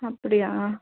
அப்படியா